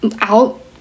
out